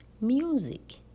music